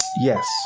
Yes